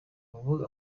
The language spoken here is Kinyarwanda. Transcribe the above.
ubu